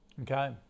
Okay